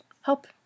help